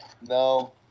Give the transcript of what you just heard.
No